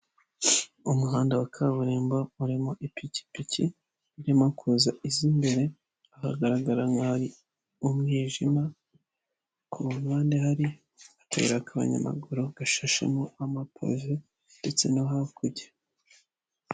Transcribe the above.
Umuhanda wa kaburimbo urimo ipikipiki, irimo kuza iza imbere, haragaragara nk'ahari umwijima, ku ruhande hari akayira k'abanyamaguru, gashashemo amapove ndetse no hakurya.